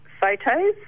photos